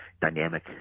dynamic